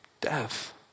Death